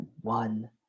one